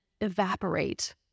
evaporate